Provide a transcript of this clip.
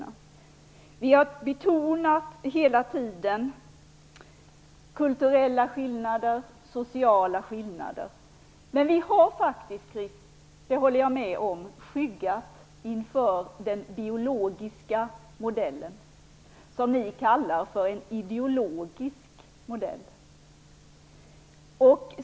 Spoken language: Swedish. Vi har hela tiden betonat kulturella och sociala skillnader, men jag håller med om att vi faktiskt, Chris Heister, hela tiden har skyggat inför den biologiska modellen, som ni kallar en ideologisk modell.